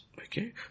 Okay